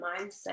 mindset